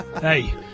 Hey